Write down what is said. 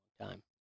time